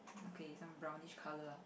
okay some brownish colour